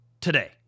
today